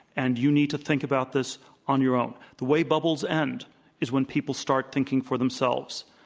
and you need to think about this on your own. the way bubbles end is when people start thinking for themselves.